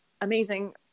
amazing